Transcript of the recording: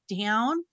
down